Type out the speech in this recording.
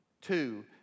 Two